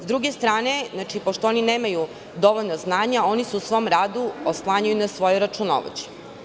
S druge strane, pošto oni nemaju dovoljno znanja, oni se u svom radu oslanjaju na svoje računovođe.